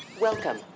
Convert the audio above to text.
welcome